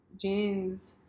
jeans